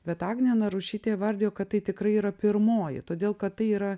bet agnė narušytė įvardijo kad tai tikrai yra pirmoji todėl kad tai yra